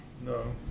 No